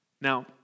Now